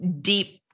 deep